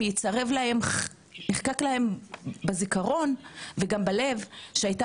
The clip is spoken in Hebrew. הם ילכו מכאן וייצרב להן בזיכרון ובלב שהייתה